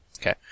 Okay